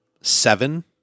seven